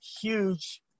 huge